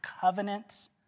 covenant